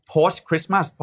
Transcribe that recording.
Post-Christmas